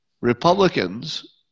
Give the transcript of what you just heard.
Republicans